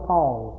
Paul